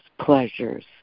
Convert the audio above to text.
pleasures